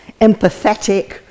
empathetic